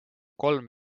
kolm